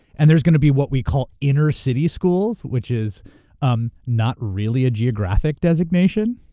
and there's gonna be what we call inner-city schools which is um not really a geographic designation.